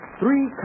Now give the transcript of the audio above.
three